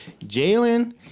Jalen